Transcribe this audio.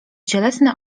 cielesny